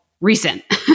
recent